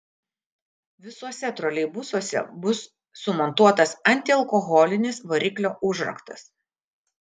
visuose troleibusuose bus sumontuotas antialkoholinis variklio užraktas